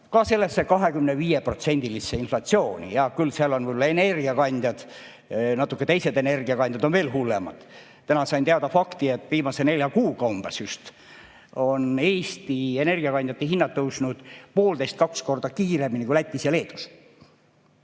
ka sellesse 25%-lisse inflatsiooni. Hea küll, seal on võib-olla energiakandjad, natuke teised energiakandjad, mis on veel hullemad. Täna sain teada fakti, et just viimase nelja kuuga, umbes, on Eesti energiakandjate hinnad tõusnud poolteist kuni kaks korda kiiremini kui Lätis ja Leedus.